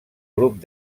grup